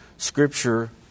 Scripture